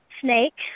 snake